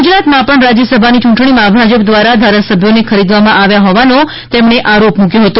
ગુજરાતમાં પણ રાજ્યસભાની ચૂંટણીમાં ભાજપ દ્વારા ધારાસભ્યોને ખરીદવામાં આવ્યા હોવાનો તેમણે આરોપ મુક્યો હતો